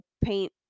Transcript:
paint